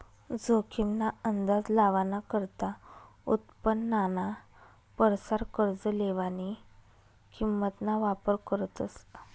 जोखीम ना अंदाज लावाना करता उत्पन्नाना परसार कर्ज लेवानी किंमत ना वापर करतस